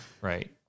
Right